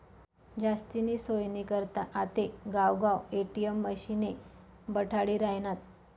जास्तीनी सोयनी करता आते गावगाव ए.टी.एम मशिने बठाडी रायनात